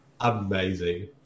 Amazing